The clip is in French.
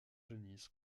genis